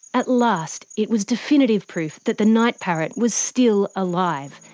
at last, it was definitive proof that the night parrot was still alive.